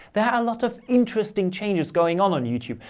they have a lot of interesting change is going on on youtube.